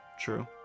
true